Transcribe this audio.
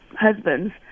husbands